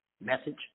message